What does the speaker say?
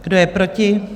Kdo je proti?